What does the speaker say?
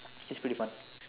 it's pretty fun